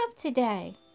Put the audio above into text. today